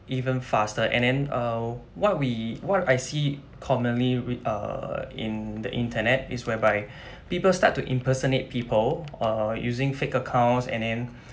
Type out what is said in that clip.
even faster and then err what we what I see commonly we are in the internet is whereby people start to impersonate people uh using fake accounts and then